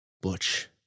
Butch